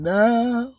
now